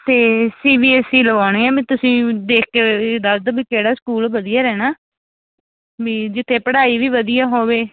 ਅਤੇ C B S E ਲਵਾਉਣੇ ਆਂ ਮੈਂ ਤੁਸੀਂ ਦੇਖ ਕੇ ਦੱਸ ਦਿਓ ਵੀ ਕਿਹੜਾ ਸਕੂਲ ਵਧੀਆ ਰਹਿਣਾ ਵੀ ਜਿੱਥੇ ਪੜ੍ਹਾਈ ਵੀ ਵਧੀਆ ਹੋਵੇ